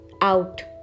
out